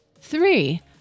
Three